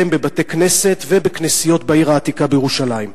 בבתי-כנסת ובכנסיות בעיר העתיקה בירושלים.